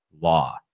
law